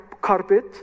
carpet